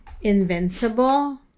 invincible